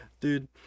Dude